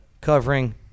covering